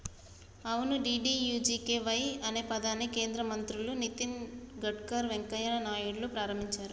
అవును డి.డి.యు.జి.కే.వై అనే పథకాన్ని కేంద్ర మంత్రులు నితిన్ గడ్కర్ వెంకయ్య నాయుడులు ప్రారంభించారు